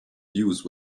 use